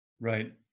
Right